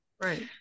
Right